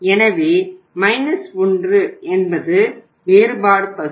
எனவே 1 என்பது வேறுபாடு பகுதி